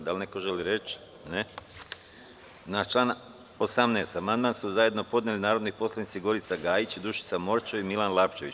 Da li neko želi reč? (Ne.) Na član 18. amandman su zajedno podneli narodni poslanici Gorica Gajić, Dušica Morčev i Milan Lapčević.